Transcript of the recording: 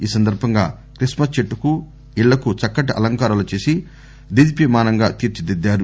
ఈ సందర్బంగా క్రిస్మస్ చెట్టుకు ఇళ్లకు చక్కటి ఆలంకారాలు చేసి దేదీప్యమానంగా తీర్చి దిద్దారు